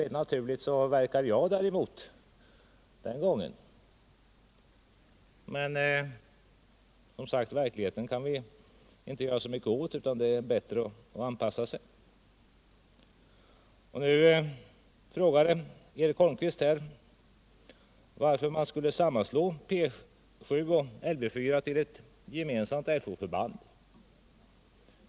Helt naturligt reagerade jag mot denna den gången, men verkligheten kan vi inte göra mycket åt, utan det bästa är att anpassa sig till den. Nu frågade herr Holmqvist varför man skulle sammanslå P 7 och Lv 4 till ett gemensamt Fo-förband.